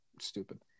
Stupid